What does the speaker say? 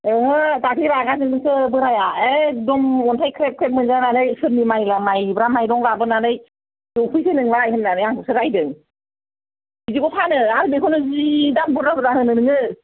ओहो दाख्लि रागा जोंदोंसो बोराया एकदुम अन्थाय ख्रेब ख्रेब मोनजानानै सोरनि माइब्रा माइरं लाबोनानै संफैखो नोंलाय होन्नानै आंखौसो रायदों बिदिखौ फानो आर बेखौनो जि दाम बुरजा बुरजा होनो नोङो